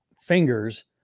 fingers